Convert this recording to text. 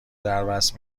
دربست